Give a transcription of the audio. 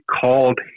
called